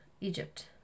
Egypt